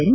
N